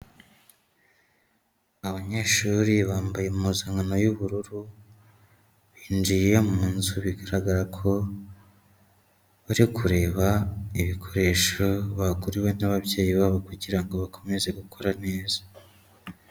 Abanyeshuri bambaye impuzankano y'ubururu, binjiye mu nzu bigaragara ko bari kureba ibikoresho, baguriwe n'ababyeyi babo kugira ngo bakomeze gukora neza.